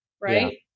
Right